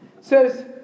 says